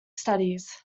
studies